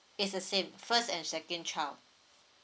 is the same first and second child